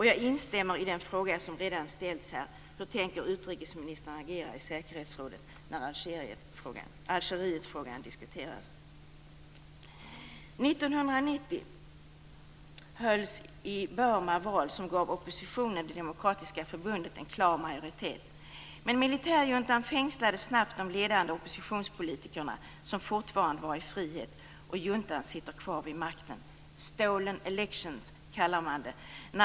Jag instämmer i den fråga som redan ställts här: Hur tänker utrikesministern agera i säkerhetsrådet när Algerietfrågan skall diskuteras? Det Demokratiska Förbundet, en klar majoritet. Men militärjuntan fängslade snabbt de ledande oppositionspolitikerna som fortfarande var i frihet. Juntan sitter kvar vid makten. Det kallas för stolen elections.